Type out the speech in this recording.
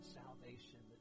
salvation